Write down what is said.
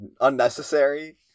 unnecessary